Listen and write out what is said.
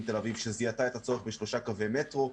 תל ביב שזיהתה את הצורך בשלושה קווי מטרו.